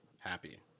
happy